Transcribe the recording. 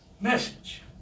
Message